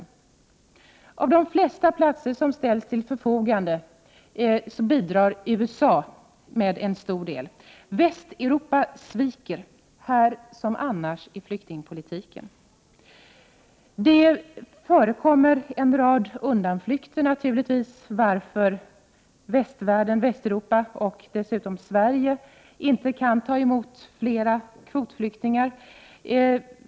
USA bidrar med en stor del av de platser som ställs till förfogande. Västeuropa sviker, här som annars, i flyktingpolitiken. En rad undanflykter förekommer naturligtvis, förklaringar till varför västvärlden, Västeuropa och dessutom Sverige, inte kan ta emot fler kvotflyktingar.